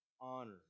honor